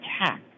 attack